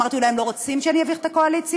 אמרתי: אולי הם לא רוצים שאני אביך את הקואליציה.